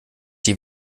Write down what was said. die